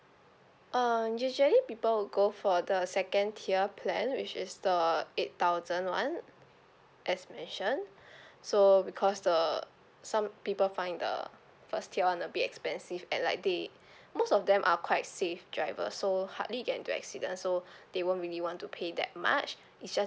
uh usually people will go for the second tier plan which is the eight thousand [one] as mentioned so because the some people find the first tier [one] a bit expensive and like they most of them are quite safe driver so hardly get into accidents so they won't really want to pay that much it's just